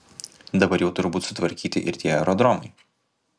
dabar jau turbūt sutvarkyti ir tie aerodromai